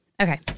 Okay